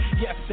Yes